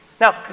Now